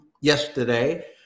yesterday